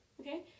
okay